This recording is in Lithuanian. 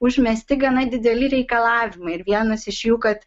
užmesti gana dideli reikalavimai ir vienas iš jų kad